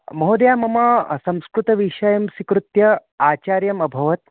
महोदया मम संस्कृतविषयं स्वीकृत्य आचार्यम् अभवत्